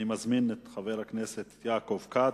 אני מזמין את חבר הכנסת יעקב כץ.